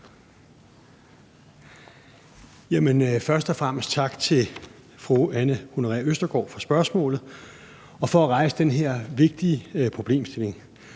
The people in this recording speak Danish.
Først og fremmest tak til fru Anne Honoré Østergaard for spørgsmålet og for at rejse den her vigtige problemstilling.